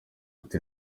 ati